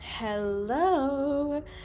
hello